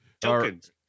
Tokens